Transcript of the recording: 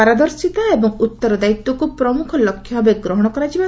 ପାରଦର୍ଶିତା ଏବଂ ଉତ୍ତରଦାୟିତ୍ୱକୁ ପ୍ରମୁଖ ଲକ୍ଷ୍ୟ ଭାବେ ଗ୍ରହଣ କରାଯାଇଛି